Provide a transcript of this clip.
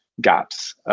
gaps